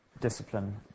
discipline